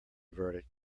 verdict